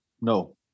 No